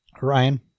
Ryan